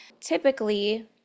typically